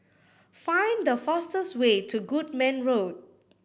find the fastest way to Goodman Road